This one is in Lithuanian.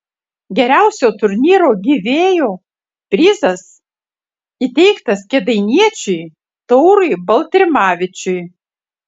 geriausio turnyro gyvėjo prizas įteiktas kėdainiečiui taurui baltrimavičiui